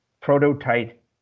prototype